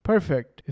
Perfect